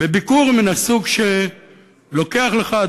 בביקור מן הסוג שאחריו לוקח לך,